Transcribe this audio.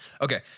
Okay